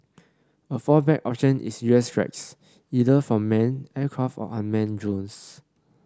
a fallback option is U S strikes either from manned aircraft or unmanned drones